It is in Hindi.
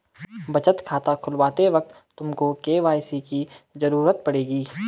बचत खाता खुलवाते वक्त तुमको के.वाई.सी की ज़रूरत पड़ेगी